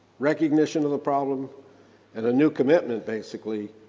recognition of the problem and a new commitment, basically,